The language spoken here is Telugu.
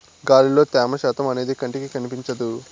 గాలిలో త్యమ శాతం అనేది కంటికి కనిపించదు